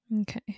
Okay